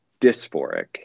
dysphoric